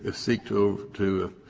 ah seek to to